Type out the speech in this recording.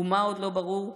מה עוד לא ברור?